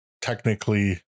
technically